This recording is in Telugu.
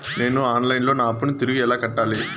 నేను ఆన్ లైను లో నా అప్పును తిరిగి ఎలా కట్టాలి?